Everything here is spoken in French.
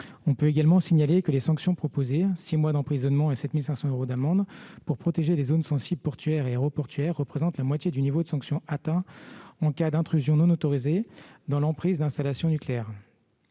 On peut également signaler que les sanctions proposées- six mois d'emprisonnement et 7 500 euros d'amende -pour protéger les zones sensibles portuaires et aéroportuaires représentent la moitié des sanctions prévues en cas d'intrusion non autorisée dans l'emprise d'installations nucléaires.